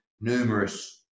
numerous